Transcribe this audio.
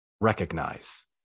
recognize